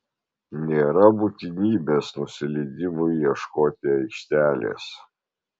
nėra būtinybės nusileidimui ieškoti aikštelės